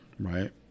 right